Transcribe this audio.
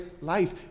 life